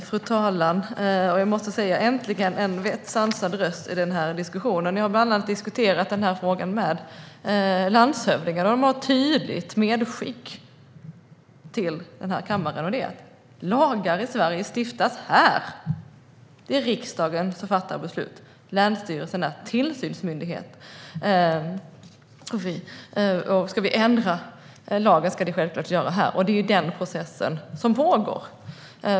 Fru talman! Jag måste säga: Äntligen en sansad röst i den här diskussionen! Jag har bland annat diskuterat frågan med landshövdingar. De har ett tydligt medskick till kammaren. Det är att lagar i Sverige stiftas här. Det är riksdagen som fattar beslut. Länsstyrelsen är tillsynsmyndighet. Ska vi ändra lagen ska det självklart göras här. Det är den process som pågår.